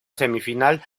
semifinal